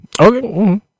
Okay